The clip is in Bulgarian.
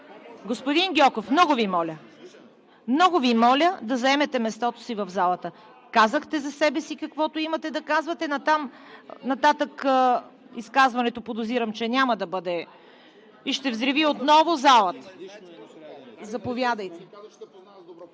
Господин Гьоков, много Ви моля! Много Ви моля да заемете мястото си в залата. Казахте за себе си каквото имате да казвате. Нататък изказването подозирам, че няма да бъде… и ще взриви отново залата. Заповядайте